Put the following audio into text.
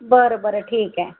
बरं बरं ठीक आहे